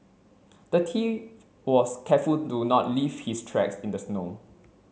the thief was careful to not leave his tracks in the snow